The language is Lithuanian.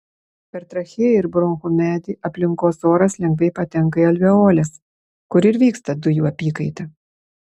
per trachėją ir bronchų medį aplinkos oras lengvai patenka į alveoles kur ir vyksta dujų apykaita